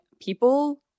people